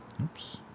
Oops